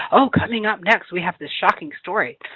oh, coming up next, we have this shocking story!